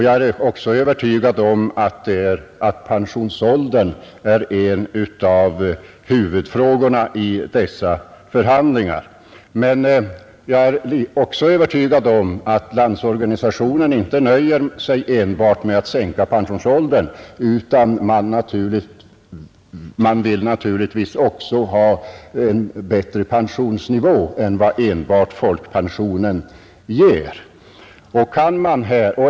Jag är övertygad om att pensionsåldern är en av huvudfrågorna i dessa förhandlingar, men jag är också övertygad om att Landsorganisationen inte nöjer sig enbart med att sänka pensionsåldern utan även vill ha en bättre pensionsnivå än vad enbart folkpensionen ger.